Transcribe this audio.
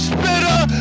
Spitter